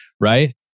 right